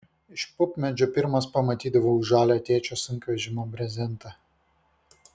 iš pupmedžio pirmas pamatydavau žalią tėčio sunkvežimio brezentą